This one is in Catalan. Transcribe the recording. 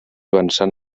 avançant